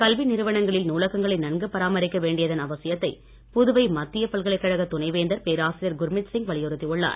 கல்வி நிறுவனங்களில் நூலகங்களை நன்கு பராமரிக்க வேண்டியதன் அவசியத்தை புதுவை மத்திய பல்கலைக்கழக துணை வேந்தர் பேராசிரியர் குர்மித் சிங் வலியுறுத்தியுள்ளார்